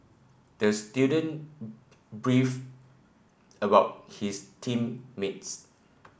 the student beefed about his team mates